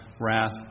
wrath